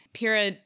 Pira